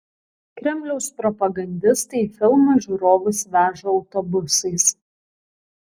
kremliaus propagandistai į filmą žiūrovus veža autobusais